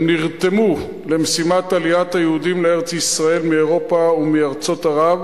הם נרתמו למשימת עליית היהודים לארץ-ישראל מאירופה ומארצות ערב,